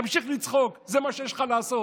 תמשיך לצחוק, זה מה שיש לך לעשות.